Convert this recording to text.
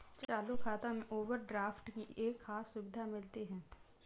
चालू खाता में ओवरड्राफ्ट की एक खास सुविधा मिलती है